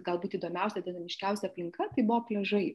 galbūt įdomiausia dinamiškiausia aplinka tai buvo pliažai